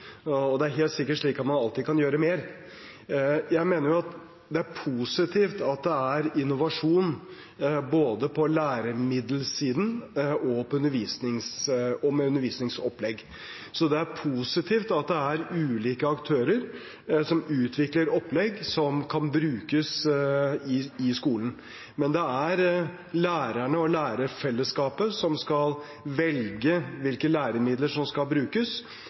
og det er helt sikkert slik at man alltid kan gjøre mer. Jeg mener det er positivt at det er innovasjon – både på læremiddelsiden og med undervisningsopplegg. Det er positivt at ulike aktører utvikler opplegg som kan brukes i skolen, men det er lærerne og lærerfellesskapet som skal velge hvilke læremidler som skal brukes,